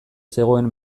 zegoen